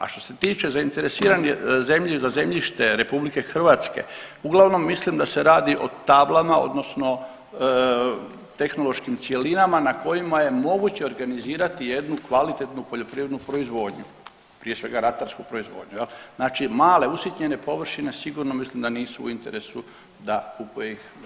A što se tiče zainteresirani za zemljište RH uglavnom mislim da se radi o tablama odnosno tehnološkim cjelinama na kojima je moguće organizirati jednu kvalitetnu poljoprivrednu proizvodnju, prije svega ratarsku proizvodnju jel, znači male usitnjene površine sigurno mislim da nisu u interesu da kupuje ih država.